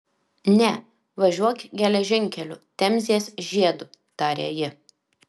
ne važiuok geležinkeliu temzės žiedu tarė ji